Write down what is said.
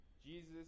Jesus